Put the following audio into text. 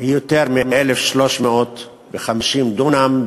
היא יותר מ-1,350 דונם,